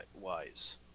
wise